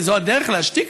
זאת הדרך להשתיק?